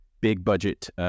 big-budget